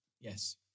Yes